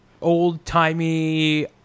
old-timey